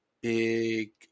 big